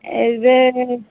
ଏବେ